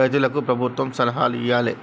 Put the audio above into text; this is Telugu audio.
రైతులకు ప్రభుత్వం సలహాలు ఇయ్యాలే